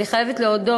אני חייבת להודות,